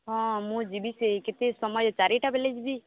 ହଁ ମୁଁ ଯିବି ସେଇ କେତେ ସମୟ ଚାରିଟା ବେଲେ ଯିବି